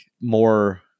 more